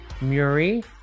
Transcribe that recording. Murray